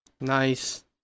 Nice